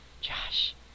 Josh